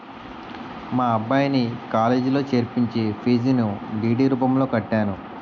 మా అబ్బాయిని కాలేజీలో చేర్పించి ఫీజును డి.డి రూపంలో కట్టాను